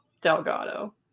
Delgado